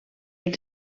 els